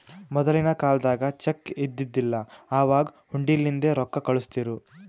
ಮೊದಲಿನ ಕಾಲ್ದಾಗ ಚೆಕ್ ಇದ್ದಿದಿಲ್ಲ, ಅವಾಗ್ ಹುಂಡಿಲಿಂದೇ ರೊಕ್ಕಾ ಕಳುಸ್ತಿರು